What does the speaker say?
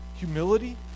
Humility